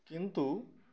কিন্তু